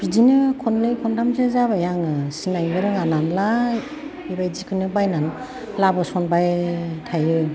बिदिनो खननै खनथामसो जाबाय आङो सिनायनोबो रोङा नालाय बिबादिखौनो बायना लाबोसनबाय थायो